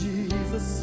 Jesus